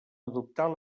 adoptar